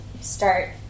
start